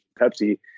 Pepsi